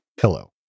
pillow